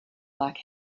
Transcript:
black